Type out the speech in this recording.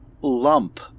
lump